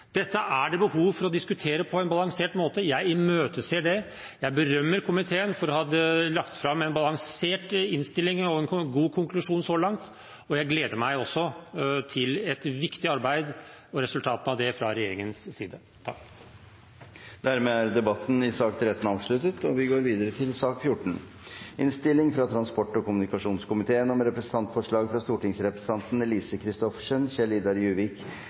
Dette er det behov for å diskutere på en balansert måte, jeg imøteser det. Jeg berømmer komiteen for å ha lagt fram en balansert innstilling og en god konklusjon så langt, og jeg gleder meg også til et viktig arbeid og resultatene av det fra regjeringens side. Flere har ikke bedt om ordet til sak nr. 13. Etter ønske fra transport- og kommunikasjonskomiteen